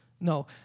No